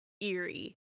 eerie